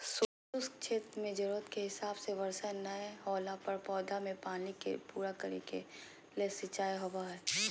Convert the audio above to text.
शुष्क क्षेत्र मेंजरूरत के हिसाब से वर्षा नय होला पर पौधा मे पानी के पूरा करे के ले सिंचाई होव हई